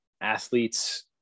athletes